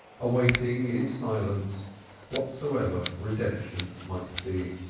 awaiting in silence whatsoever redemption might be.